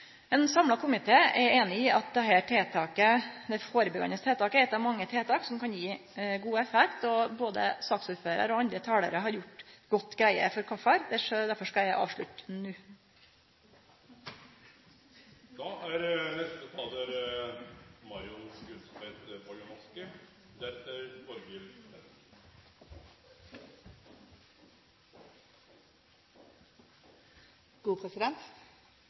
Ein samla komité er einig i at dette førebyggjande tiltaket er eitt av mange tiltak som kan gje god effekt – og både saksordføraren og andre talarar har gjort god greie for det, derfor skal eg avslutte